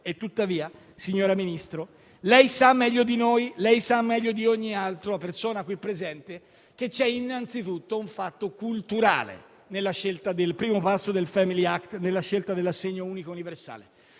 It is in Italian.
Tuttavia, signora Ministra, lei sa meglio di noi e sa meglio di ogni altra persona qui presente che c'è innanzitutto un fatto culturale nella scelta del primo passo del *family act*, cioè nella scelta dell'assegno unico universale.